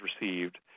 received